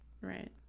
right